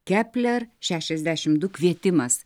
kepler šešiasdešim du kvietimas